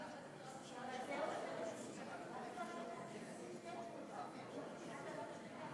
תוצאות ההצבעה: 33 תומכים,